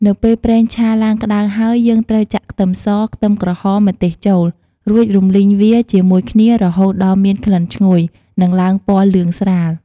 នៅពេលប្រេងឆាឡើងក្តៅហើយ យើងត្រូវចាក់ខ្ទឹមស ខ្ទឹមក្រហម ម្ទេសចូល រួចរំលីងវាជាមួយគ្នារហូតដល់មានក្លិនឈ្ងុយ និងឡើងពណ៌លឿងស្រាល។